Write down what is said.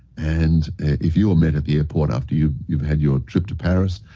and if you're met at the airport after you've you've had your trip to paris,